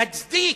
מצדיק,